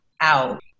out